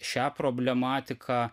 šią problematiką